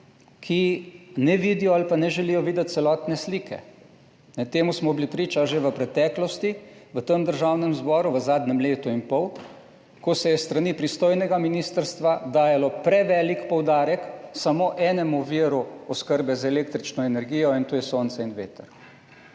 ki ne vidijo ali pa ne želijo videti celotne slike. Temu smo bili priča že v preteklosti v Državnem zboru v zadnjem letu in pol, ko se je s strani pristojnega ministrstva dajalo prevelik poudarek samo enemu viru oskrbe z električno energijo, in to je sonce in veter.